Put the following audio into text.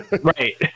Right